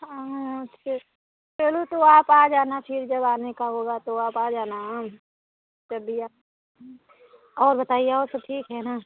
हाँ हाँ ठीक चलो तो आप आ जाना फिर जब आने का होगा तो आप आ जाना हाँ जब भी आ और बताइए और सब ठीक है ना